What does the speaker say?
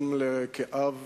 גם כאב